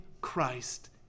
Christ